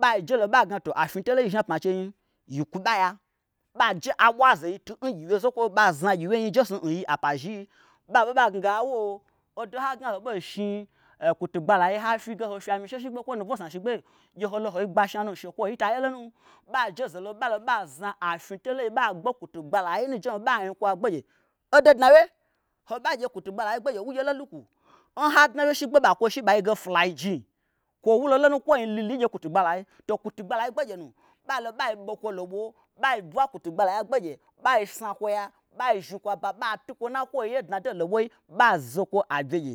ɓai jelo ɓai gnato afnyitolo n yi zhni apma nchei nyi yi kwubaya ɓaje abwaze n yitu n gyiwye zokwo ɓazna gyiwye nyi njesnu n yi apa zhii ɓaɓe ɓa gnage awooo odo nhagna ho ɓei shni e kwutugbalayi ge hafyi ge hofyi amyishe shigbe kwo nubo sna shigbe gye holo hoi gbashna nu shekwoyi tayelo nu ɓajezolo ɓalo ɓa zna afnyitolo nyi ɓagbe kwutugbalayii nu njehnu ɓanyi kwa gbegye odo dnawye hobagye kwutugbalayi gbegye wugye olo lukwu nha dnawye shigbe nɓa kwoishi ɓai yi kwoge flygill kwo wulo lonu kwoin liliyi ngye kwutugbalayi to kwutugbalayia gbegye nu ɓalo ɓai bokwo lobwo ɓai bwa kwutugbalayi agbegye ɓai sna kwoya ɓai zhnikwoa ba ɓai tukwona kwo yednado loɓoi ɓai zokwo abye gye.